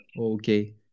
okay